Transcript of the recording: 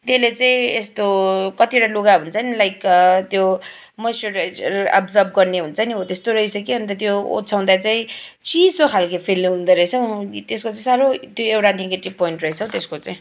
त्यसले चाहिँ यस्तो कतिवटा लुगा हुन्छ नि लाइक त्यो मोइसरराइजर एबजर्ब गर्ने हुन्छ नि हो त्यस्तो रहेछ कि त्यो ओछ्याउँदा चाहिँ चिसो खालके फिल हुँदो रहेछ हौ त्यसको चाहिँ साह्रो त्यो एउटा नेगेटिभ पोइन्ट रहेछ हौ त्यसको चाहिँ